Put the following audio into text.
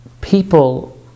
people